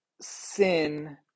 sin